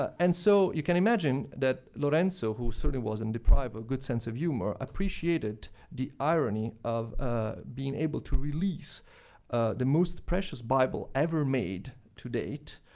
and so, you can imagine that lorenzo, who certainly wasn't deprived of a good sense of humor, appreciated the irony of ah being able to release the most precious bible ever made, to date,